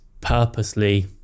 purposely